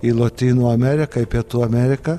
į lotynų ameriką į pietų ameriką